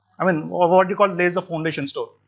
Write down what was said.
i mean what you call lay the foundation stone,